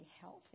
healthy